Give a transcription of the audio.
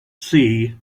see